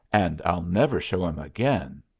and i'll never show him again.